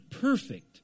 perfect